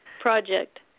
project